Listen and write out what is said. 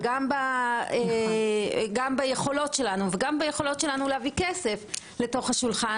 וגם ביכולות שלנו להביא כסף לתוך השולחן